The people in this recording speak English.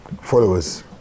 Followers